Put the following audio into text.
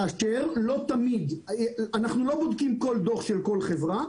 כאשר אנחנו לא בודקים כל דוח של כל חברה.